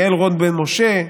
יעל רון בן משה.